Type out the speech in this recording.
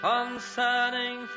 Concerning